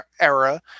era